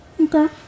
Okay